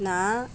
நான்